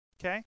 okay